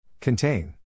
Contain